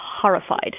horrified